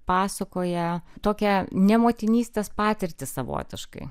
pasakoja tokią nemotinystės patirtį savotiškai